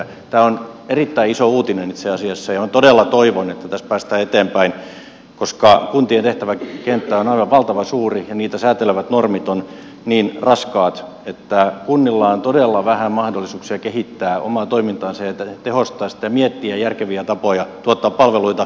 tämä on erittäin iso uutinen itse asiassa ja todella toivon että tässä päästään eteenpäin koska kuntien tehtäväkenttä on aivan valtavan suuri ja niitä säätelevät normit ovat niin raskaat että kunnilla on todella vähän mahdollisuuksia kehittää omaa toimintaansa ja tehostaa sitä miettiä järkeviä tapoja tuottaa palveluita